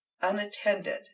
unattended